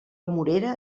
morera